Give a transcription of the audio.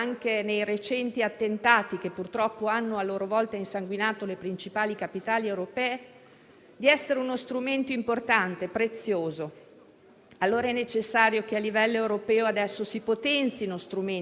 È necessario che a livello europeo adesso si potenzino strumenti come questo, cosa che invece non è stata fatta nella recente proposta della Commissione europea rispetto al bilancio.